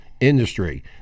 industry